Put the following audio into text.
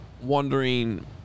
wondering